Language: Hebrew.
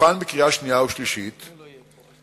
מוכן לקריאה שנייה ולקריאה שלישית,